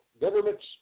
governments